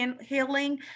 healing